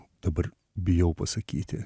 dabar bijau pasakyti